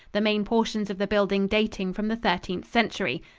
the main portions of the building dating from the thirteenth century.